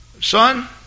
Son